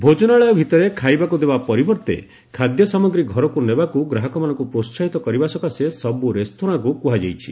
ଭୋଜନାଳୟ ଭିତରେ ଖାଇବାକୁ ଦେବା ପରିବର୍ତ୍ତେ ଖାଦ୍ୟ ସାମଗ୍ରୀ ଘରକୁ ନେବାକୁ ଗ୍ରାହକମାନଙ୍କୁ ପ୍ରୋସ୍ଥାହିତ କରିବା ସକାଶେ ସବୁ ରେସ୍ତୋରାଁକୁ କୁହାଯାଇଛି